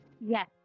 Yes